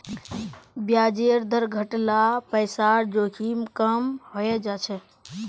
ब्याजेर दर घट ल पैसार जोखिम कम हइ जा छेक